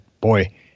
boy